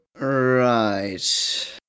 Right